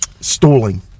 stalling